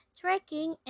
tracking